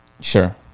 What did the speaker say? sure